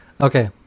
okay